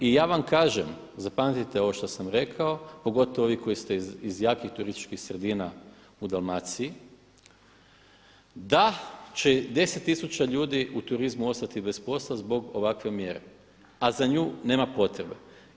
I ja vam kažem, zapamtite ovo što sam rekao pogotovo vi koji ste iz jakih turističkih sredina u Dalmaciji, da će 10 tisuća ljudi u turizmu ostati bez posla zbog ovakve mjere a za nju nema potrebe.